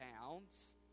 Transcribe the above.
pounds